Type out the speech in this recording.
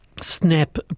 snap